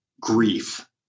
grief